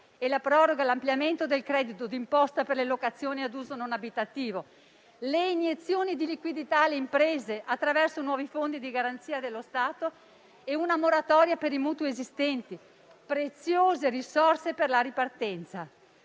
e la proroga e l'ampliamento del credito di imposta per le locazioni ad uso non abitativo; le iniezioni di liquidità alle imprese attraverso nuovi fondi di garanzia dello Stato e una moratoria per i mutui esistenti; preziose risorse per la ripartenza.